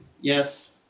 yes